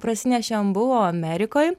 prasinešėm buvo amerikoj